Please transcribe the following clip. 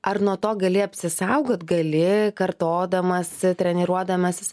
ar nuo to gali apsisaugot gali kartodamas treniruodamasis